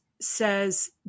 says